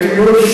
נכון.